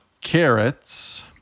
carrots